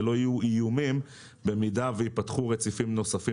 ולא יהיו איומים אם ייפתחו רציפים נוספים